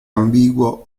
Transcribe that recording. ambiguo